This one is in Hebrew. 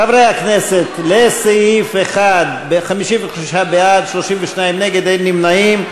חברי הכנסת, סעיף 1: 55 בעד, 32 נגד, אין נמנעים.